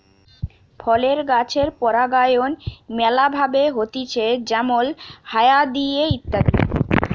ফলের গাছের পরাগায়ন ম্যালা ভাবে হতিছে যেমল হায়া দিয়ে ইত্যাদি